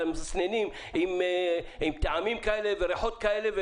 והמסננים עם טעמים כאלה וריחות כאלה,